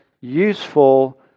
useful